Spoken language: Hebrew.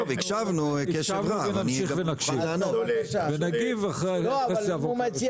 הקשבנו, נמשיך להקשיב ונגיב אחרי הדברים.